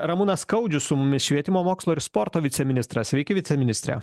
ramūnas skaudžius su mumis švietimo mokslo ir sporto viceministras sveiki viceministre